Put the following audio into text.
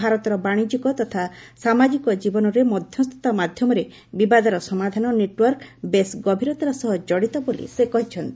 ଭାରତର ବାଣିଜ୍ୟିକ ତଥା ସାମାଜିକ ଜୀବନରେ ମଧ୍ୟସ୍ଥତା ମାଧ୍ୟମରେ ବିବାଦର ସମାଧାନ ନେଟ୍ୱର୍କ ବେଶ୍ ଗଭୀରତାର ସହ ଜଡିତ ବୋଲି ସେ କହିଛନ୍ତି